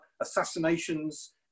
assassinations